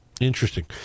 Interesting